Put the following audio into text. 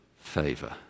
favor